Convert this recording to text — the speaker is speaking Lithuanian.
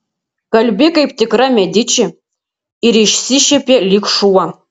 kalbi kaip tikra mediči ir išsišiepė lyg šuo